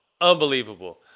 unbelievable